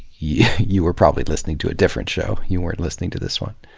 you you were probably listening to a different show, you weren't listening to this one.